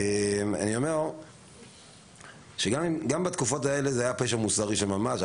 גם בתקופות האלה זה היה פשע מוסרי של ממש,